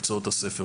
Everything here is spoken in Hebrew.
מקצועות הספר.